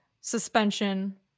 suspension